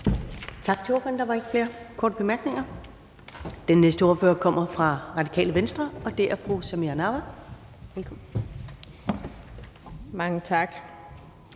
Tak til ordføreren. Der er ikke korte bemærkninger til ordføreren. Den næste ordfører kommer fra Radikale Venstre, og det er fru Samira Nawa. Velkommen. Kl.